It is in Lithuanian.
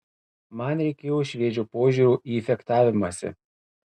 man reikėjo šviežio požiūrio į fechtavimąsi